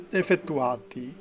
effettuati